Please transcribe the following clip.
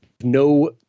no